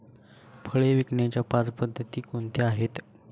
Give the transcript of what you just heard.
फळे विकण्याच्या पाच पद्धती कोणत्या आहेत?